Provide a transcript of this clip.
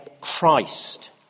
Christ